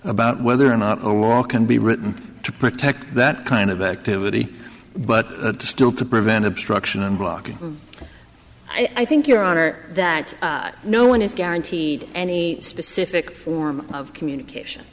about whether or not a war can be written to protect that kind of activity but still to prevent obstruction and blocking i think your honor that no one is guaranteed any specific form of communication